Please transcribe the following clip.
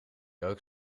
ook